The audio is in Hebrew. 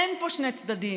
אין פה שני צדדים,